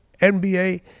NBA